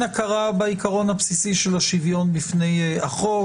הכרה בעקרון הבסיסי של השוויון בפני החוק.